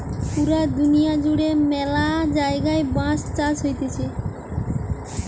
পুরা দুনিয়া জুড়ে ম্যালা জায়গায় বাঁশ চাষ হতিছে